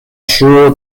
ŝuo